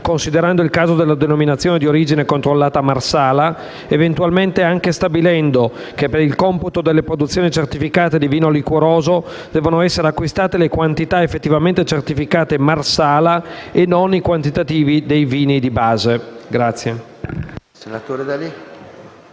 considerando il caso della denominazione di origine controllata Marsala, eventualmente anche stabilendo che per il computo delle produzioni certificate di vino liquoroso devono essere acquisite le quantità effettivamente certificate Marsala e non i quantitativi dei vini di base.